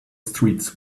streets